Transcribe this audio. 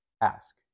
ask